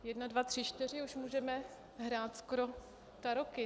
Jedna, dva, tři, čtyři , už můžeme hrát skoro taroky.